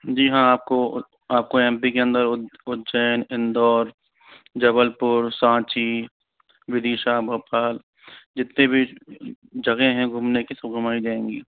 जी हाँ आपको आपको एम पी के अंदर उज्जैन इंदौर जबलपुर साँची विदिशा भोपाल जितनी भी जगह है घुमने की घुमाई जायेगी